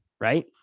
Right